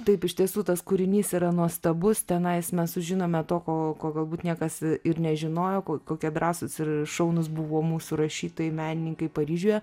taip iš tiesų tas kūrinys yra nuostabus tenais mes sužinome to ko ko galbūt niekas ir nežinojo ko kokie drąsūs ir šaunūs buvo mūsų rašytojai menininkai paryžiuje